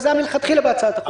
זה היה מלכתחילה בהצעת החוק.